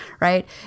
Right